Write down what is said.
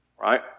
right